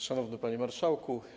Szanowny Panie Marszałku!